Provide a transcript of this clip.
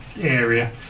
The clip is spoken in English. area